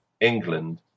England